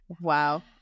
Wow